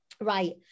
right